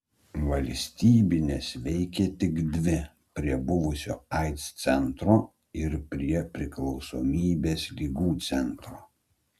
valstybinės veikė tik dvi prie buvusio aids centro ir prie priklausomybės ligų centro